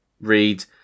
read